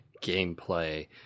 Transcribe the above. gameplay